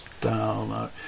down